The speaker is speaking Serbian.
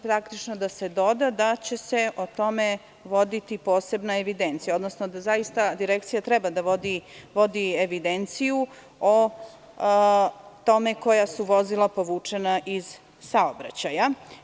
Praktično tražimo da se doda da će se o tome voditi posebna evidencija, odnosno da Direkcija treba da vodi evidenciju o tome koja su vozila povučena iz saobraćaja.